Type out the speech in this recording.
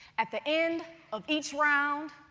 at the end of each round,